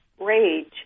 rage